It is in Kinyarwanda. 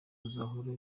tuzakora